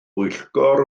bwyllgor